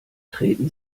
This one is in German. treten